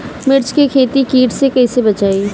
मिर्च के खेती कीट से कइसे बचाई?